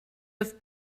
have